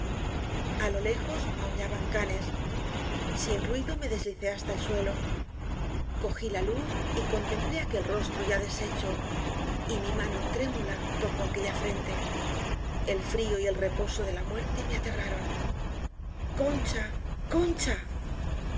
a lo lejos aullaban canes sin ruido me deslicé hasta el suelo cogí la luz y contem plé aquel rostro ya deshecho y mi mano trémuía tocó aquella frente el frío y el reposo de la muerte me aterraron concha concha